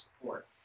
support